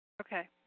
Okay